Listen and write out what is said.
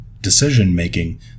decision-making